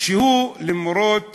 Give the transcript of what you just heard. שלמרות